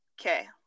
Okay